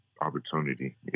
opportunity